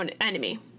enemy